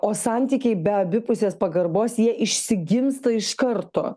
o santykiai be abipusės pagarbos jie išsigimsta iš karto